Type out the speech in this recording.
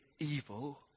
evil